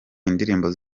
indirimbo